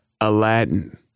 Aladdin